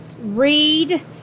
Read